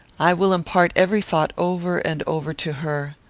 i will impart every thought over and over to her.